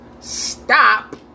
stop